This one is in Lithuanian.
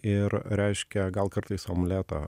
ir reiškia gal kartais omletą